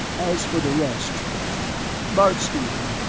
as for the rest bart steele,